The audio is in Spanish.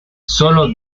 sólo